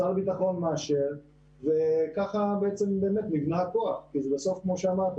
שר הביטחון מאשר וככה בעצם באמת נבנה הכוח כי בסוף כמו שאמרת,